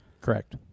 Correct